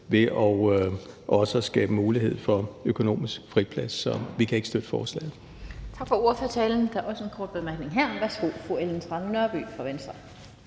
ved at skabe mulighed for økonomisk friplads. Så vi kan ikke støtte forslaget.